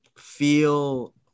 feel